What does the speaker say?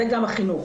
וגם החינוך,